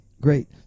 Great